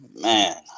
Man